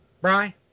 Bry